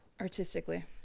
Artistically